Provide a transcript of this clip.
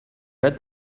read